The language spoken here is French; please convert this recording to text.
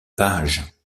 pages